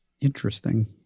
Interesting